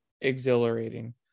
exhilarating